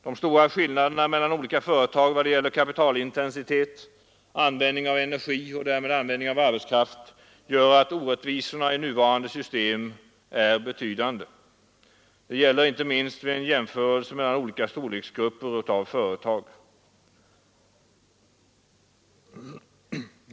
De stora skillnaderna mellan olika företag vad gäller kapitalintensitet och användning av energi och därmed användning av arbetskraft gör att orättvisorna i nuvarande system är betydande. Det gäller inte minst vid en jämförelse mellan olika storleksgrupper av företag.